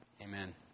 Amen